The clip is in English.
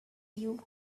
you